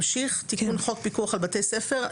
תיקון חוק פיקוח על בתי ספר.